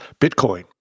Bitcoin